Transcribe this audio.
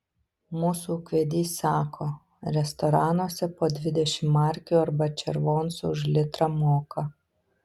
mūsų ūkvedys sako restoranuose po dvidešimt markių arba červoncų už litrą moka